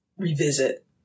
Revisit